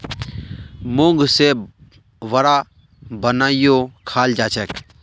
मूंग से वड़ा बनएयों खाल जाछेक